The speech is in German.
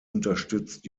unterstützt